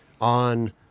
on